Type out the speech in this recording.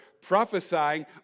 prophesying